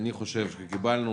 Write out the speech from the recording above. קיבלנו